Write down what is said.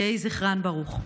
יהי זכרן ברוך.